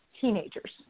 teenagers